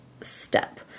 step